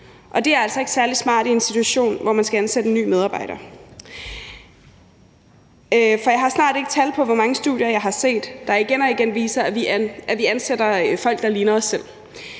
altså ikke særlig smart i en situation, hvor man skal ansætte en ny medarbejder. For jeg har snart ikke tal på, hvor mange studier jeg har set, der igen og igen viser, at vi ansætter folk, der ligner os selv,